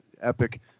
epic